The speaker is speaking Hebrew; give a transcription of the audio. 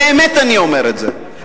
באמת אני אומר את זה,